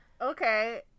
Okay